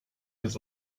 would